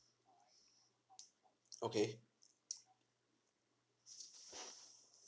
okay